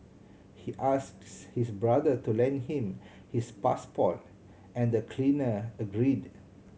he asks his brother to lend him his passport and the cleaner agreed